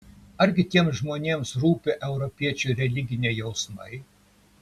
argi tiems žmonėms rūpi europiečių religiniai jausmai